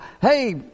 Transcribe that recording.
hey